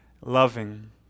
loving